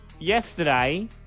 Yesterday